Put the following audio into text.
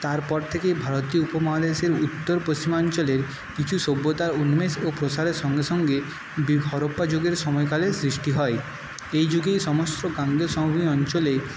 তারপর থেকেই ভারতীয় উপমহাদেশের উত্তর পশ্চিমাঞ্চলে কিছু সভ্যতা উন্মেষ ও প্রসারের সঙ্গে সঙ্গে হরপ্পা যুগের সময়কালের সৃষ্টি হয় এই যুগেই সমস্ত গাঙ্গেয় সমভূমি অঞ্চলে